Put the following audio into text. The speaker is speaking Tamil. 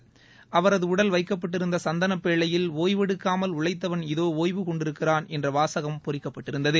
வைக்கப்பட்டிருந்த உடல் அவரது சந்தனப் பேழையில் ஓய்வெடுக்காமல் உழைத்தவன் இதோ ஓய்வு கொண்டிருக்கிறான் என்ற வாசகம் பொறிக்கப்பட்டிருந்தது